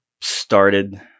started